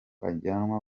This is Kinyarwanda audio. ajyanwa